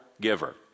giver